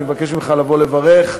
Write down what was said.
אני מבקש ממך לבוא לברך,